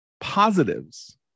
Positives